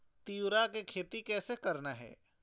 तिऊरा के खेती कइसे करना हे?